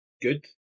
good